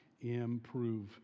improve